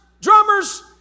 drummers